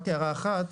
רק הערה אחת,